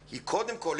הוא קודם כל,